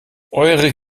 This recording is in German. eure